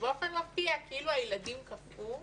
ובאופן מפתיע כאילו הילדים קפאו,